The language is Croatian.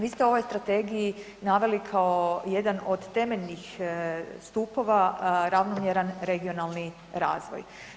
Vi ste u ovoj strategiji naveli kao jedan od temeljnih stupova ravnomjeran regionalan razvoj.